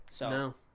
No